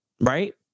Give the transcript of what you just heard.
right